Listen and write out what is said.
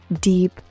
deep